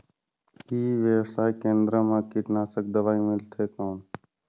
ई व्यवसाय केंद्र मा कीटनाशक दवाई मिलथे कौन?